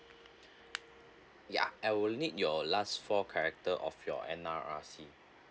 ya I will need your last four character of your N_R_I_C